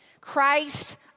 Christ